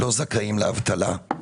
לא זכאים לאבטלה.